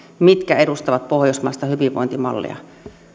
mitkä edustavat pohjoismaista hyvinvointimallia